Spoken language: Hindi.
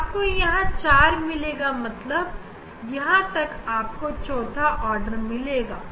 पांच वाला पता है आपको यहां 4 मिलेगा मतलब यहां तक आपको चौथा आर्डर मिलेगा